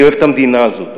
אני אוהב את המדינה הזאת,